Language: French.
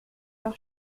leur